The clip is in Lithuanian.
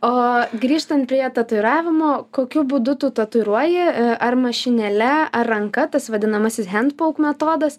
o grįžtant prie tatuiravimo kokiu būdu tu tatuiruoji ar mašinėle ar ranka tas vadinamasis hendpauk metodas